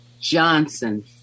Johnson